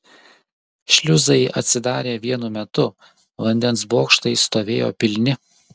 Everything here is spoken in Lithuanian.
šliuzai atsidarė vienu metu vandens bokštai stovėjo pilni